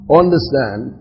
understand